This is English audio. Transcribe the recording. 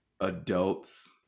adults